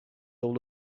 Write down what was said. all